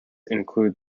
include